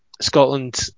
Scotland